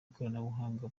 ikoranabuhanga